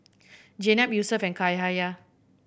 Jenab Yusuf and Cahaya